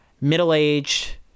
middle-aged